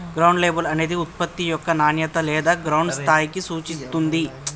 ground లేబుల్ అనేది ఉత్పత్తి యొక్క నాణేత లేదా గ్రౌండ్ స్థాయిని సూచిత్తుంది